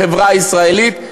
בחברה הישראלית,